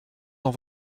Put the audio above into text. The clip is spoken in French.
dans